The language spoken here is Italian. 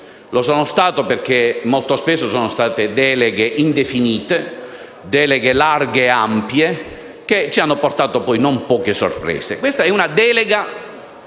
lo sono stato perché molto spesso sono state deleghe indefinite, larghe e ampie, che hanno portato, poi, non poche sorprese. Questa è una delega